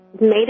made